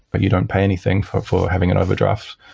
but you don't pay anything for for having an overdraft,